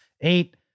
eight